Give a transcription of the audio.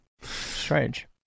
Strange